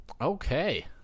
Okay